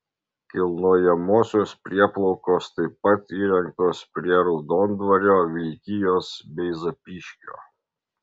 kilnojamosios prieplaukos taip pat įrengtos prie raudondvario vilkijos bei zapyškio